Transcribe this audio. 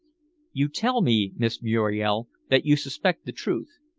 you tell me, miss muriel, that you suspect the truth,